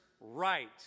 right